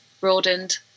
broadened